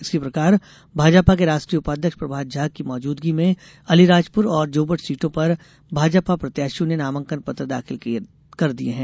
इसी प्रकार भाजपा के राष्ट्रीय उपाध्यक्ष प्रभात झा की मौजूदगी में अलीराजपुर और जोबट सीटों पर भाजपा प्रत्याशियों ने नामांकन पत्र दाखिल कर दिए हैं